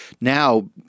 now